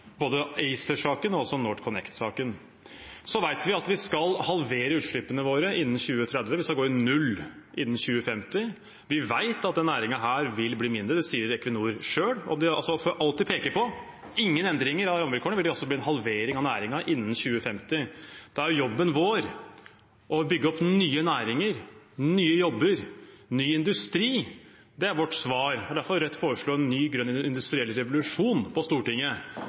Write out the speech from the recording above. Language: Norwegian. både ACER-saken og NorthConnect-saken. Så vet vi at vi skal halvere utslippene våre innen 2030, og vi skal gå i null innen 2050. Vi vet at denne næringen vil bli mindre. Det sier Equinor selv. Om de får alt de peker på og ingen endringer av rammevilkårene, vil det bli en halvering av næringen innen 2050. Da er jobben vår å bygge opp nye næringer, nye jobber, ny industri. Det er vårt svar. Det er derfor Rødt foreslår en ny, grønn industriell revolusjon på Stortinget